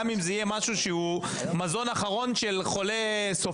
גם אם זה יהיה מזון אחרון של חולה סופני.